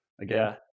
again